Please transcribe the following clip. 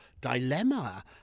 dilemma